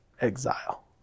exile